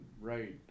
right